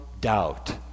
doubt